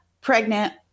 pregnant